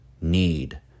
need